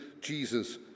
Jesus